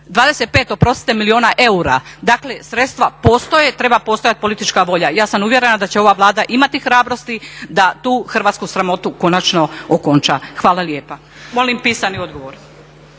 će još 25 milijuna eura. Dakle sredstva postoje, treba postojati politička volja. Ja sam uvjerena da će ova Vlada imati hrabrosti da tu hrvatsku sramotu konačno okonča. Hvala lijepa. Molim pisani odgovor.